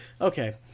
Okay